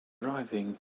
arriving